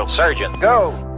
um surgeon. go.